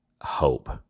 hope